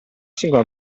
singola